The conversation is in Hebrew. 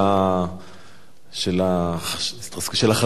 של החנות, של "קיקה",